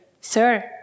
Sir